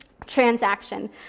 transaction